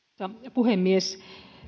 puhemies